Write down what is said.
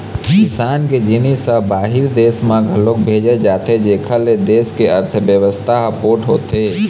किसान के जिनिस ह बाहिर देस म घलोक भेजे जाथे जेखर ले देस के अर्थबेवस्था ह पोठ होथे